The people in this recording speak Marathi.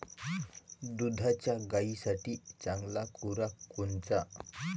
दुधाच्या गायीसाठी चांगला खुराक कोनचा?